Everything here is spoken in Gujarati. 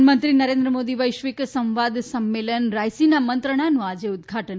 પ્રધાનમંત્રી નરેન્દ્ર મોદી વૈશ્વિક સંવાદ સંમેલન રાયસીના મંત્રણાનું આજે ઉદઘાટન